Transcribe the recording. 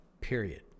period